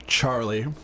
Charlie